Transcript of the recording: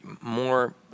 more